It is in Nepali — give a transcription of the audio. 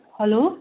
हेलो